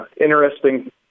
interesting